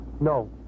No